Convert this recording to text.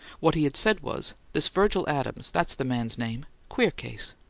what he had said was, this virgil adams that's the man's name. queer case.